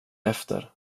efter